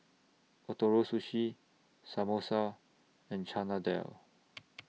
Ootoro Sushi Samosa and Chana Dal